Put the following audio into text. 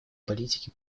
политики